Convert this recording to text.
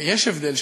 יש הבדל,